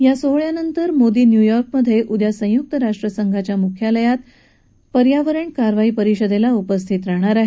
या सोहळ्यानंतर मोदी न्यूयॉर्कमधे उद्या संयुक्त राष्ट्र संघाच्या मुख्यालयात पर्यावरण कारवाई परिषदत्ती उपस्थित राहतील